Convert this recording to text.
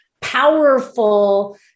powerful